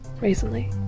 recently